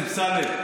חבר הכנסת אמסלם.